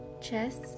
chest